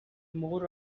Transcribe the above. more